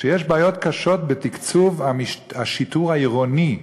שיש בעיות קשות בתקצוב השיטור העירוני,